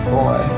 boy